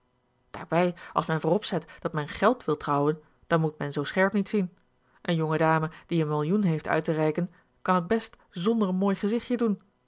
daarbij als men vooropzet dat men geld wil trouwen dan moet men zoo scherp niet zien eene jonge dame die een millioen heeft uit te reiken kan het best zonder een mooi gezichtje doen